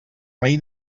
rei